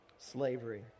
Slavery